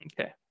Okay